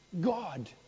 God